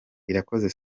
irakoze